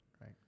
Right